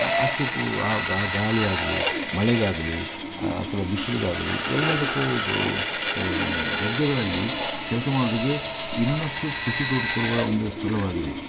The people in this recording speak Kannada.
ಅಷ್ಟು ಗಾಳಿ ಆಗಲಿ ಮಳೆಗಾಗಲಿ ಅಥ್ವಾ ಬಿಸಿಲಿಗಾಗಲಿ ಎಲ್ಲದಕ್ಕೂ ಗದ್ದೆಗಳಲ್ಲಿ ಕೆಲಸ ಮಾಡೋರಿಗೆ ಇನ್ನಷ್ಟು ಖುಷಿ ಕೊಡು ಕೊಡುವ ಒಂದು ಸ್ಥಳವಾಗಿದೆ